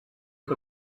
que